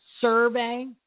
survey